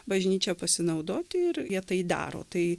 bažnyčia pasinaudoti ir jie tai daro tai